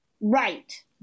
Right